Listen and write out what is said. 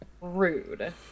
rude